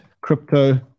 crypto